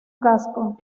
casco